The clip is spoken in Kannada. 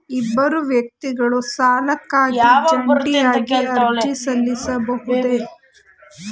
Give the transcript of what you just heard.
ಇಬ್ಬರು ವ್ಯಕ್ತಿಗಳು ಸಾಲಕ್ಕಾಗಿ ಜಂಟಿಯಾಗಿ ಅರ್ಜಿ ಸಲ್ಲಿಸಬಹುದೇ?